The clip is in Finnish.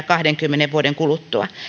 kahdenkymmenen vuoden kuluttua